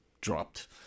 dropped